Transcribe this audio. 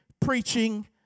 preaching